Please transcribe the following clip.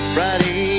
Friday